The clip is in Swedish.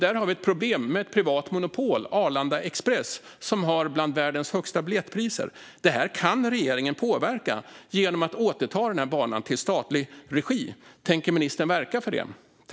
Där har vi ett problem med ett privat monopol - Arlanda Express - som har bland världens högsta biljettpriser. Detta kan regeringen påverka genom att återta banan till statlig regi. Tänker ministern verka för det?